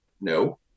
no